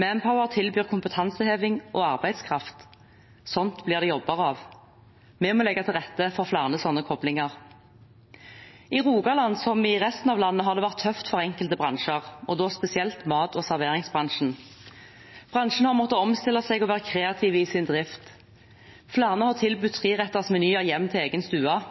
Manpower tilbyr kompetanseheving og arbeidskraft. Sånt blir det jobber av. Vi må legge til rette for flere sånne koplinger. I Rogaland, som i resten av landet, har det vært tøft for enkelte bransjer, og da spesielt mat- og serveringsbransjen. Bransjen har måttet omstille seg og være kreativ i sin drift. Flere har tilbudt treretters menyer hjem til egen